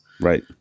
Right